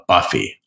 Buffy